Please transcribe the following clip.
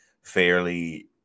fairly